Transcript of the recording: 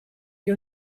ihr